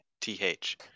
th